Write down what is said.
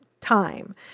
time